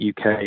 UK